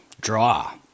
draw